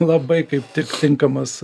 labai kaip tik tinkamas